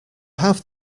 have